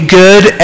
good